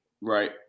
Right